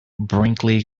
brinkley